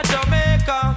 Jamaica